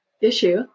issue